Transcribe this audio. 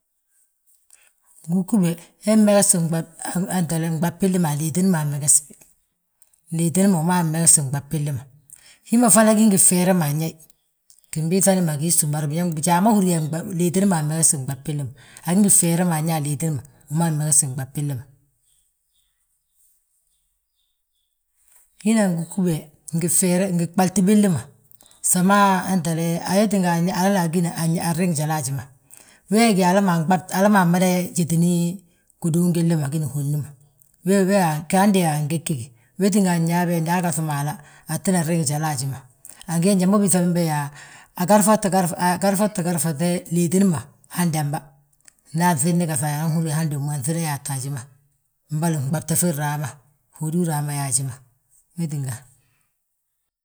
Ngugube he mmegesi hentele nɓab billi ma a liitini ma wi ammegstiwi, liitini ma wi ma wi ammegti nɓab billi ma. Hi ma fana gí ngi bfeere ma nyayi, ginbiiŧa gilli ma gii súum, bari bijaa ma húri yaa liiti willi ma ammegesti nɓab billi ma. Agí ngi bfeere ma anyaa aliitini ma, wi ma ammegesti nɓab billi ma. Hina ngugubi he, ngi bfeere, ngi ɓalti billi ma, wee tínga hala ma agíni, anriŋ jala haji ma. We gí yaa mada yaa giduuŋ gilli ma, gini hódni ma, hande wa angegegi. Wee tínga nyaa be nda agaŧ mo hala, atinan riŋi jala haji ma. Angi gee njal mo biiŧa be yaa, agarfati garfate liitini ma, handamba nga anŧidni gaŧ, anan húri yaa handommu anŧida yaata haji ma, mbolo fɓabte fi nraama, hódi raama yaa haji ma, wee tíng.